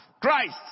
Christ